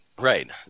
Right